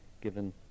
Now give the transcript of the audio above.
given